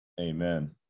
Amen